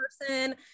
person